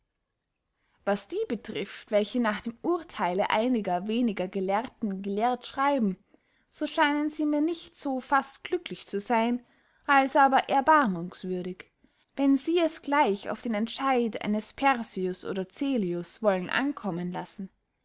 was die betrift welche nach dem urtheile einiger weniger gelehrten gelehrt schreiben so scheinen sie mir nicht so fast glücklich zu seyn als aber erbarmungswürdig wenn sie es gleich auf den entscheid eines persius oder cälius wollen ankommen lassen